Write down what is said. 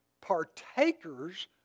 partakers